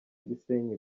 gisenyi